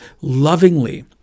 lovingly